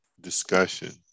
discussion